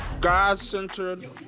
God-centered